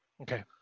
Okay